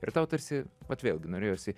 ir tau tarsi vat vėlgi norėjosi